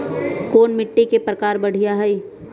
कोन मिट्टी के प्रकार बढ़िया हई?